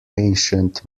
ancient